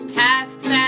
tasks